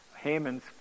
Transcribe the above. Haman's